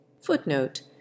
Footnote